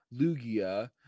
Lugia